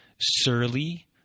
surly